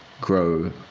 grow